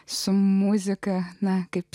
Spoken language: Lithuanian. su muzika na kaip